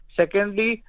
secondly